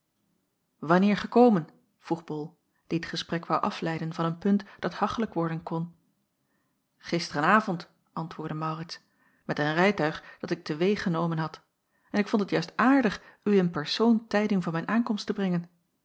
wanneer gekomen vroeg bol die het gesprek woû afleiden van een punt dat hachelijk worden kon gisteren avond antwoordde maurits met een rijtuig dat ik te w genomen had en ik vond het juist aardig u in persoon tijding van mijn aankomst te brengen